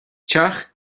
teach